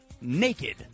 Naked